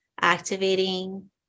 activating